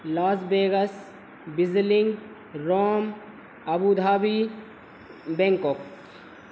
Las Vegas Beijing Rome Abu Dhabi Bangkok